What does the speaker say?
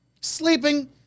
Sleeping